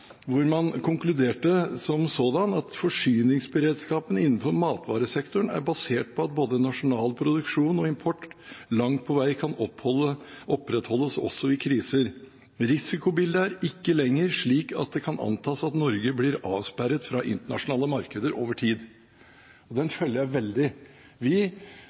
man konkluderte som så: «Forsyningsberedskapen innenfor matvaresektoren er basert på at både nasjonal produksjon og import langt på vei kan opprettholdes også i kriser. Risikobildet er ikke lenger slik at det kan antas at Norge blir avsperret fra internasjonale markeder over tid.» Den konklusjonen følger jeg i stor grad. Vi